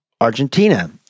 Argentina